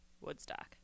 Woodstock